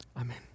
Amen